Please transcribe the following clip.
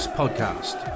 podcast